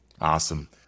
Awesome